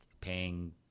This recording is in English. paying